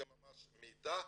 זה ממש מידע,